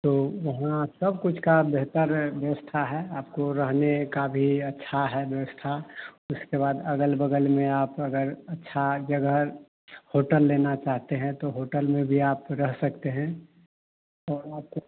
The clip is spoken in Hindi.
तो वहाँ सब कुछ का बेहतर व्यवस्था है आपको रहने का भी अच्छा है व्यवस्था उसके बाद अगल बगल में आप अगर अच्छा जगह होटल लेना चाहते हैं तो होटल में भी आप रह सकते हैं और वहाँ पर